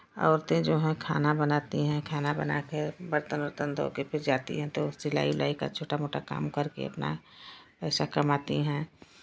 औरतें जो हैं खाना बनाती हैं खाना बनाके बर्तन उर्तन धोके फिर जाती हैं तो सिलाई उलाई का छोटा मोटा काम करके अपना पैसा कमाती हैं